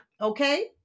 Okay